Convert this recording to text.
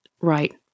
Right